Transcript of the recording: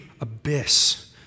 abyss